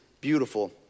beautiful